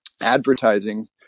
advertising